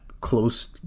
close